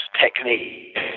technique